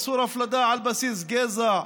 איסור הפרדה על בסיס גזע,